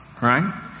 right